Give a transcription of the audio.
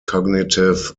cognitive